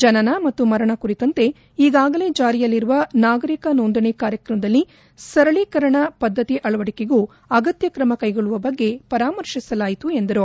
ಜನನ ಮತ್ತು ಮರಣ ಕುರಿತಂತೆ ಈಗಾಗಲೇ ಜಾರಿಯಲ್ಲಿರುವ ನಾಗರಿಕ ನೊಂದಣಿ ಕಾರ್ಯದಲ್ಲಿ ಸರಣಿಕರಣ ಪದ್ದತಿ ಅಳವಡಿಕೆಗೂ ಅಗತ್ನಕ್ರಮ ಕ್ಲೆಗೊಳ್ಳುವ ಬಗ್ಗೆ ಪರಾಮರ್ಶಿಸಲಾಯಿತು ಎಂದರು